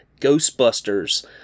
Ghostbusters